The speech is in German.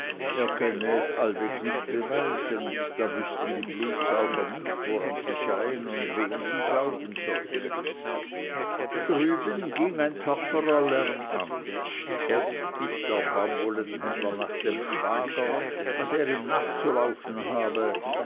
er könne es allweg nicht beweisen und da wüßten die blutsauger nicht woran sie seien und wem sie glauben sollten drüben ging ein tapferer lärm an erst biß der baumwollenhändler nach dem schwager was er ihm nachzulaufen habe